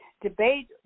debate